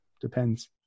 depends